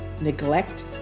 neglect